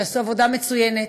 שעשו עבודה מצוינת,